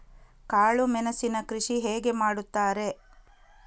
ಕಾಳು ಮೆಣಸಿನ ಕೃಷಿ ಹೇಗೆ ಮಾಡುತ್ತಾರೆ?